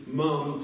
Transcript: mom